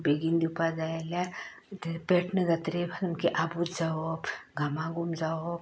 ताका बेगीन दिवपाक जाय जाल्यार थंय पेटना जायत तर सामकें आबूज जावप घामाघूम जावप